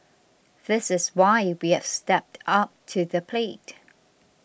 this is why we have stepped up to the plate